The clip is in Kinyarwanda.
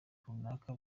runaka